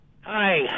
Hi